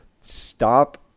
stop